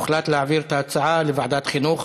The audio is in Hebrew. הוחלט להעביר את ההצעה לוועדת החינוך,